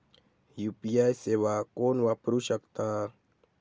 UPI सेवा कोण वापरू शकता?